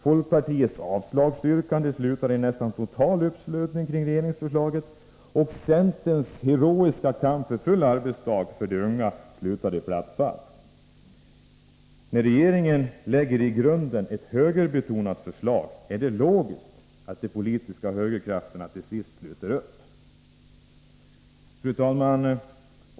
Folkpartiets avslagsyrkande slutar i nästan total uppslutning kring regeringsförslaget, och centerns heroiska kamp för full arbetsdag för de unga slutar i platt fall. När regeringen framlägger ett i grunden högerbetonat förslag är det logiskt att de politiska högerkrafterna till sist sluter upp. Fru talman!